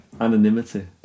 anonymity